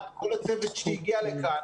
כל הצוות שלי הגיע לכאן.